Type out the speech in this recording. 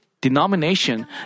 denomination